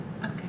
Okay